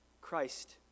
Christ